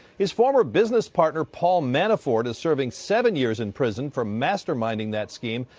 his former business partner paul manafort is serving seven years in prison for masterminding that scheme,